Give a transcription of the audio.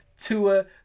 Tua